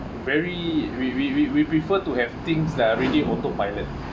very we we we we prefer to have things that are really autopilot